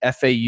FAU